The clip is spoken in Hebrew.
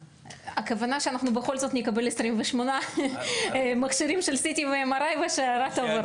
הכוונה שאנחנו בכל זאת נקבל 28 מכשירים של CT ו-MRI והשיירה תעבור.